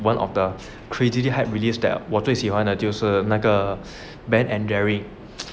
one of the crazily hype release that 我最喜欢的就是那个 you ease at obvious you wanted 就是那个 Ben and Jerry